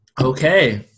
Okay